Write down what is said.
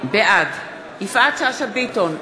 בעד יפעת שאשא ביטון,